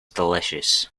delicious